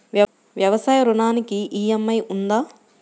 వ్యవసాయ ఋణానికి ఈ.ఎం.ఐ ఉందా?